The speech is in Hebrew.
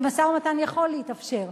משא-ומתן יכול להתאפשר,